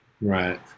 Right